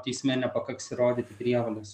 teisme nepakaks įrodyti prievolės